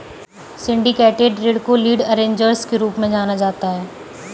syndicated ऋण को lead arrangers के रूप में जाना जाता है